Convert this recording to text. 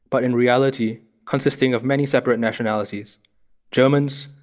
but in reality, consisting of many separate nationalities germans,